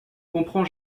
comprend